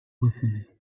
refuge